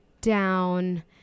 down